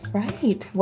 right